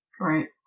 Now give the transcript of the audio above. Right